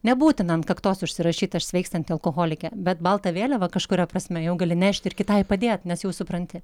nebūtina ant kaktos užsirašyt aš sveikstanti alkoholikė bet baltą vėliavą kažkuria prasme jau gali nešti ir kitai padėt nes jau supranti